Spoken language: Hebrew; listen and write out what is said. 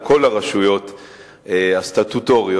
על כל הרשויות הסטטוטוריות,